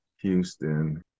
Houston